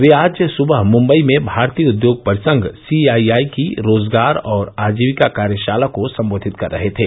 वे आज सुबह मुंबई में भारतीय उद्योग परिसंघ सी आई आई की रोजगार और आजीविका कार्यशाला को संबोधित कर रहे थे